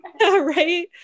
right